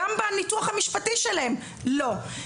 גם בניתוח המשפטי שלהם לא.